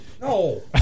No